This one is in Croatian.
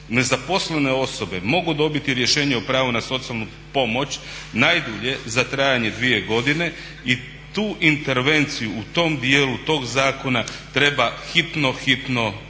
nezaposlene osobe mogu dobiti rješenje o pravu na socijalnu pomoć najdulje za trajanje 2 godine i tu intervenciju u tom dijelu, tog zakona treba hitno, hitno ispraviti